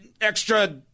extra